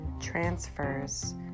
transfers